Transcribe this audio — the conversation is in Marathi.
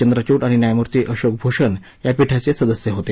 चंद्रच्चड आणि न्यायमूर्ती अशोक भूषण या पीठाचे सदस्य होते